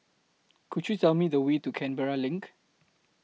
Could YOU Tell Me The Way to Canberra LINK